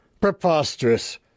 Preposterous